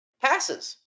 passes